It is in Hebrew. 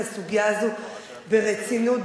ונותן מענה אישי ומתייחס לסוגיה הזאת ברצינות,